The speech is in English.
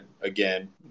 again